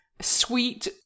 sweet